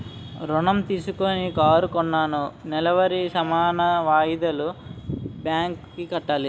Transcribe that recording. ఋణం తీసుకొని కారు కొన్నాను నెలవారీ సమాన వాయిదాలు బ్యాంకు కి కట్టాలి